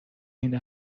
این